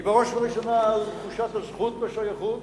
היא בראש ובראשונה על תחושת הזכות והשייכות